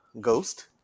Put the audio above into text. ghost